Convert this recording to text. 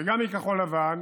וגם מכחול לבן.